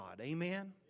Amen